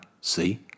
See